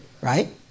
right